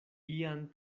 ian